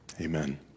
Amen